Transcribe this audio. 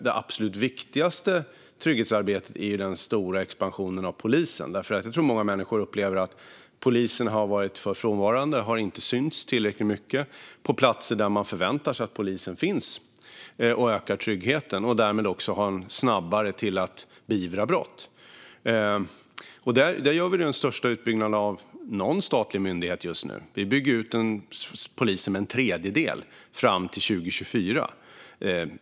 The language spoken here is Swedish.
Det absolut viktigaste trygghetsarbetet är den stora expansionen av polisen, för jag tror att många människor upplever att polisen har varit för frånvarande och inte synts tillräckligt mycket på platser där man förväntar sig att polisen ska finnas för att öka tryggheten och därmed snabbare kunna beivra brott. Här genomför vi den största utbyggnaden av någon statlig myndighet just nu. Vi bygger ut polisen med en tredjedel fram till 2024.